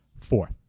four